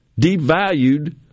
devalued